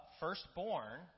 firstborn